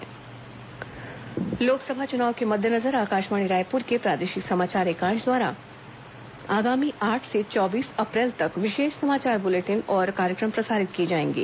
लोकसभा चुनाव विशेष ब्लेटिन लोकसभा चुनाव के मद्देनजर आकाशवाणी रायपुर के प्रादेशिक समाचार एकांश द्वारा आगामी आठ से चौबीस अप्रैल तक विशेष समाचार बुलेटिन और कार्यक्रम प्रसारित किए जाएंगे